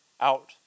out